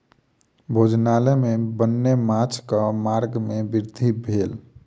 भोजनालय में वन्य माँछक मांग में वृद्धि भेल